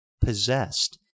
possessed